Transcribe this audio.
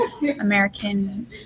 american